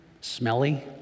smelly